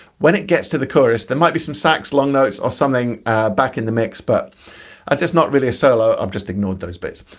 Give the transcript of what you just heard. when it gets to the chorus there might be some sax long notes or something back in the mix but ah it's not really a solo. i've just ignored those bits.